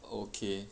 okay